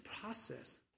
process